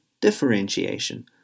differentiation